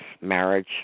marriage